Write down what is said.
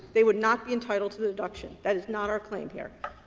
they would not be entitled to the deduction. that is not our claim here.